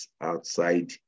outside